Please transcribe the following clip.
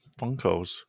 Funkos